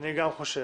אני גם חושב,